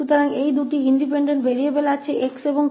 अतः ये दो स्वतंत्र चर 𝑥 और हैं